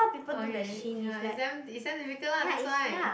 okay ya is damn is damn difficult lah that's why